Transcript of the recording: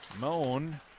Moan